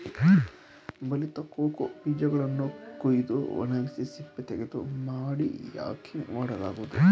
ಬಲಿತ ಕೋಕೋ ಬೀಜಗಳನ್ನು ಕುಯ್ದು ಒಣಗಿಸಿ ಸಿಪ್ಪೆತೆಗೆದು ಮಾಡಿ ಯಾಕಿಂಗ್ ಮಾಡಲಾಗುವುದು